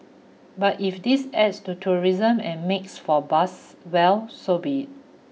but if this adds to tourism and makes for buzz well so be